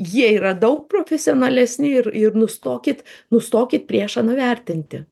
jie yra daug profesionalesni ir ir nustokit nustokit priešą nuvertinti